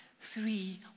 three